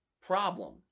problem